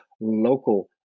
local